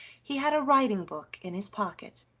he had a writing-book in his pocket,